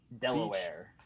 Delaware